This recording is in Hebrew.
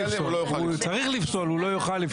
הוא צריך לפסול, הוא לא יוכל לפסול.